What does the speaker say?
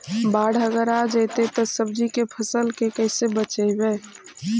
बाढ़ अगर आ जैतै त सब्जी के फ़सल के कैसे बचइबै?